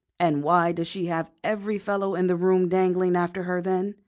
and why does she have every fellow in the room dangling after her, then?